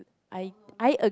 I I a~